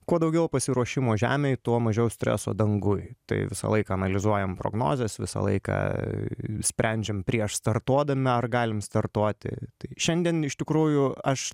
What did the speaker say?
kuo daugiau pasiruošimo žemėj tuo mažiau streso danguj tai visą laiką analizuojam prognozes visą laiką sprendžiam prieš startuodami ar galim startuoti tai šiandien iš tikrųjų aš